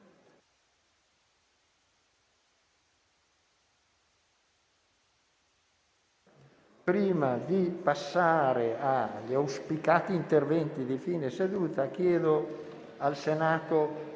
Prima di passare agli auspicati interventi di fine seduta, chiedo al Senato